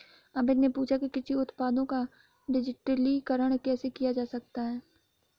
अमित ने पूछा कि कृषि उत्पादों का डिजिटलीकरण कैसे किया जा सकता है?